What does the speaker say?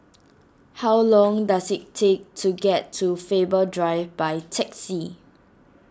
how long does it take to get to Faber Drive by taxi